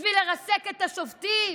בשביל לרסק את השופטים?